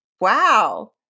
Wow